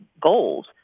goals